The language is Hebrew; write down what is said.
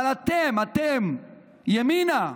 אבל אתם, אתם, ימינה,